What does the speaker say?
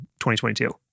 2022